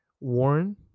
Warren